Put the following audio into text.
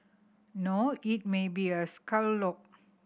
no it may be a scallop